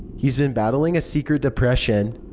he'd been battling a secret depression.